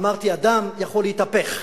אמרתי: אדם יכול להתהפך,